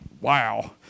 wow